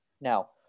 Now